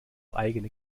eigene